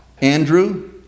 Andrew